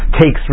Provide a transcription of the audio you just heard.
takes